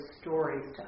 stories